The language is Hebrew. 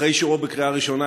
אחרי אישורו בקריאה ראשונה,